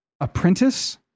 apprentice